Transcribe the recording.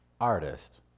artist